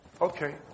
Okay